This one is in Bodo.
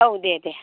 औ दे दे